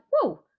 whoa